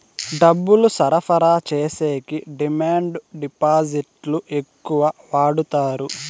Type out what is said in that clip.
డబ్బులు సరఫరా చేసేకి డిమాండ్ డిపాజిట్లు ఎక్కువ వాడుతారు